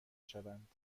شوند